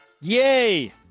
Yay